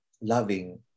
loving